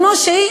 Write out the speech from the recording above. כמו שהיא,